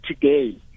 today